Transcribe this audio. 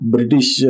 British